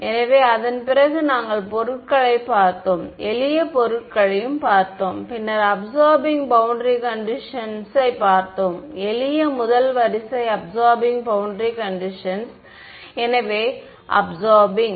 எனவே அதன்பிறகு நாங்கள் பொருட்களைப் பார்த்தோம் எளிய பொருட்களையும் பார்த்தோம் பின்னர் அபிசார்பிங் பௌண்டரி கண்டிஷன்ஸ் யை பார்த்தோம் எளிய முதல் வரிசை அபிசார்பிங் பௌண்டரி கண்டிஷன்ஸ் எனவே அபிசார்பிங்